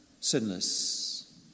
sinless